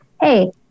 Hey